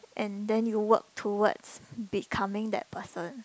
and then you work towards becoming that person